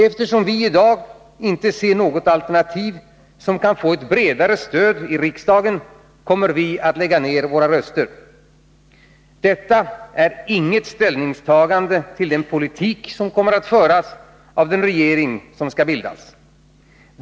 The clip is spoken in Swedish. Eftersom vi i dag icke ser något alternativ som kan få ett bredare stöd i riksdagen, kommer vi att lägga ner våra röster. Detta är inget ställningstagande till den politik som kommer att föras av den regering som kommer att bildas.